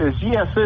yes